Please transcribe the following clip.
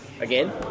again